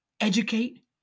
educate